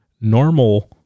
normal